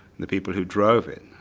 the people who drove it.